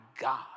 God